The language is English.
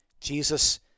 Jesus